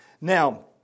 Now